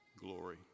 glory